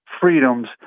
freedoms